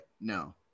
no